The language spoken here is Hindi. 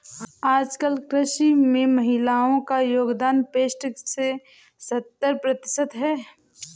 आज कृषि में महिलाओ का योगदान पैसठ से सत्तर प्रतिशत है